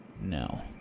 No